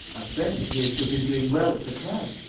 our friend appears to have been doing well at the club.